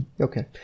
okay